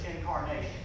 incarnation